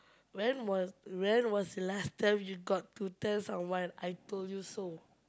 when was when was the last time you got to tell someone I told you so